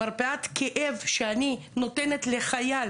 מרפאת כאב שאני נותנת לחייל